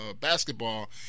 basketball